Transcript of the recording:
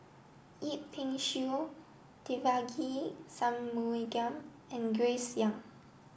Yip Pin Xiu Devagi Sanmugam and Grace Young